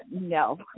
no